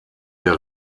der